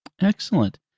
Excellent